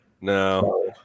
No